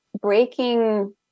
breaking